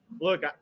Look